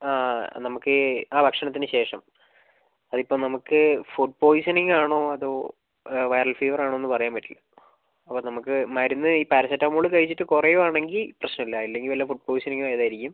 നമുക്ക് ഈ ആ ഭക്ഷണത്തിന് ശേഷം അതിപ്പോൾ നമക്ക് ഫുഡ് പോയിസണിംഗ് ആണോ അതോ വൈറൽ ഫീവർ ആണോ എന്ന് പറയാൻ പറ്റില്ല അപ്പോൾ നമുക്ക് മരുന്ന് ഈ പാരസെറ്റാമോൾ കഴിച്ചിട്ട് കുറയുവാണെങ്കിൽ പ്രശ്നമില്ല ഇല്ലെങ്കിൽ വല്ല ഫുഡ് പോയിസണിംഗും ആയതായിരിക്കും